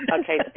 Okay